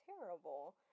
terrible